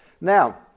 Now